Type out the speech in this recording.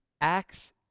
Acts